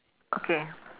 okay